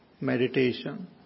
meditation